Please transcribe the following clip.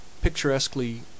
picturesquely